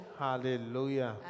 Hallelujah